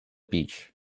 beach